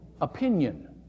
opinion